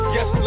Yes